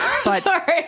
Sorry